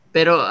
Pero